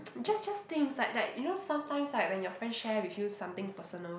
just just think inside like you know sometimes like when your friend share with you something personal